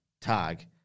tag